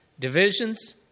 Divisions